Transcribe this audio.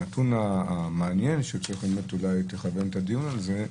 הנתון המעניין שאולי תכוון את הדיון עליו הוא